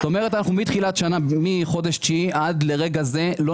זאת אומרת מחודש תשיעי עד לרגע זה לא